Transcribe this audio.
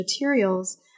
materials